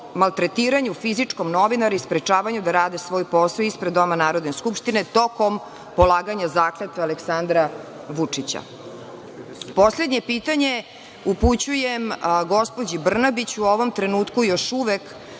maltretiranju fizičkom novinara i sprečavanju da rade svoj posao ispred Doma Narodne skupštine tokom polaganja zakletve Aleksandra Vučića. **Marinika Tepić** Poslednje pitanje upućujem gospođi Brnabić, u ovom trenutku još uvek